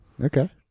Okay